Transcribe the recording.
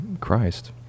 christ